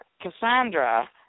Cassandra